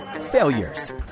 failures